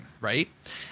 right